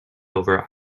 over